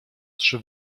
trzy